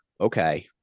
okay